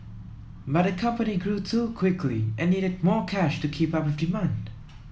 but the company grew too quickly and needed more cash to keep up with demand